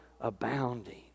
abounding